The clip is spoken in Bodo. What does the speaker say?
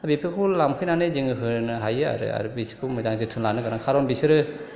दा बेफोरखौ लांफैनानै जोङो होनो हायो आरो आर बिसोरखौ मोजां जोथोन लानो गोनां खारन बिसोरो